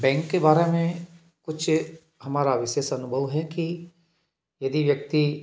bank के बारे में कुछ हमारा विशेष अनुभव है कि यदि व्यक्ति